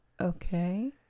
okay